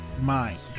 mind